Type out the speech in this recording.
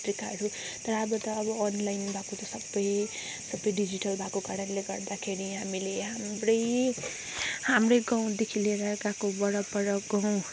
पत्रिकाहरू तर अब त अनलाइन भएकोले सबै सबै डिजिटल भएको कारणले गर्दाखेरि हामीले हाम्रै हाम्रै गाउँदेखि लिएर अर्काको वरपर गाउँ